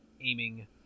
aiming